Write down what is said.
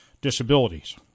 disabilities